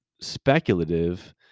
speculative